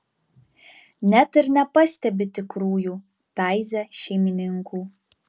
net ir nepastebi tikrųjų taize šeimininkų